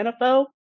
NFL